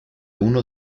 uno